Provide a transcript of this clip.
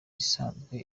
isanzwe